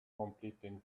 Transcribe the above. completing